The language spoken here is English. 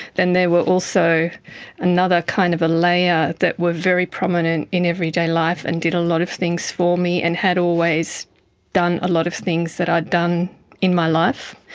then there were also also another kind of a layer that were very prominent in everyday life and did a lot of things for me and had always done a lot of things that i had done in my life.